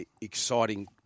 exciting